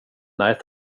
nej